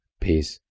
Peace